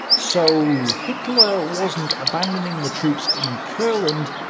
so hitler wasn't abandoning the troops in courland,